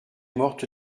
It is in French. morte